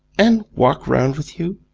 and walk round with you?